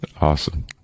Awesome